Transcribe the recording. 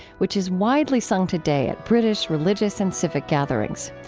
which is widely sung today at british religious and civic gatherings.